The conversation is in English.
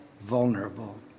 vulnerable